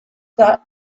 that